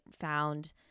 found